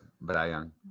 Brian